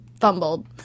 fumbled